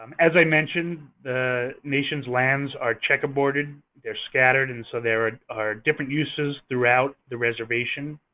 um as i mentioned, the nation's lands are checkerboarded. they're scattered. and so, there are different uses throughout the reservation.